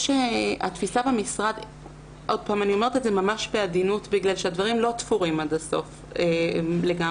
אני אומרת בעדינות משום שהדברים לא תפורים עד הסוף לגמרי.